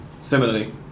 Similarly